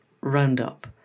Roundup